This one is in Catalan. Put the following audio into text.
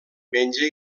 menja